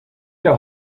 der